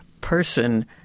person